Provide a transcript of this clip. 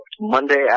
Monday